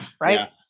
Right